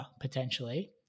potentially